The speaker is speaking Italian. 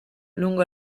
lungo